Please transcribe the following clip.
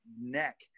neck